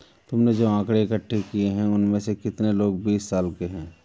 तुमने जो आकड़ें इकट्ठे किए हैं, उनमें से कितने लोग बीस साल के हैं?